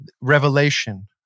revelation